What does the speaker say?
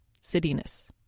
cityness